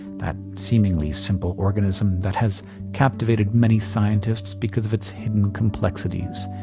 that seemingly simple organism that has captivated many scientists because of its hidden complexities.